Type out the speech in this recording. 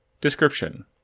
Description